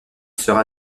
sera